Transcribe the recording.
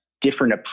different